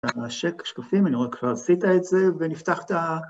השקפים, אני רואה כבר עשית את זה, ונפתח את ה...